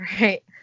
right